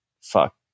Fuck